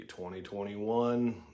2021